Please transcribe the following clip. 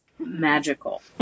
magical